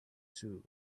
too